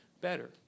better